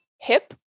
Hip